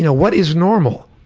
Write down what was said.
you know what is normal?